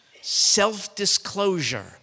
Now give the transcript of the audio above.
self-disclosure